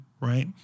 right